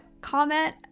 comment